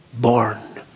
Born